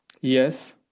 Yes